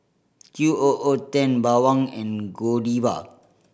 Q O O Ten Bawang and Godiva